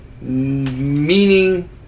meaning